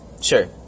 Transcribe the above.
Sure